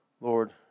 Lord